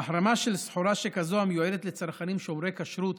והחרמה של סחורה שכזאת המיועדת לצרכנים שומרי כשרות